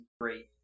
great